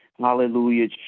Hallelujah